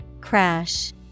Crash